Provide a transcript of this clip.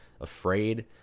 afraid